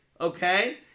okay